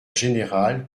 général